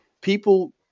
people